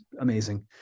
amazing